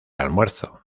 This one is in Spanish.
almuerzo